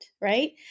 right